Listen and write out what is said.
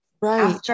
right